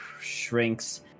shrinks